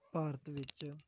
ਭਾਰਤ ਵਿੱਚ